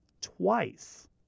twice